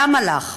למה לך?